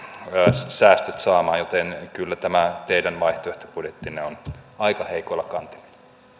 säästöt saamaan joten kyllä tämä teidän vaihtoehtobudjettinne on aika heikoilla kantimilla